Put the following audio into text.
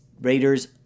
Raiders